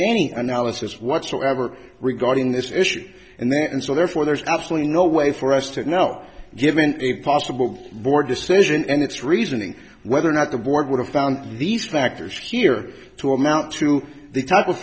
any analysis whatsoever regarding this issue and that and so therefore there's absolutely no way for us to know given the possible board decision and its reasoning whether or not the board would have found these factors here to amount to the type of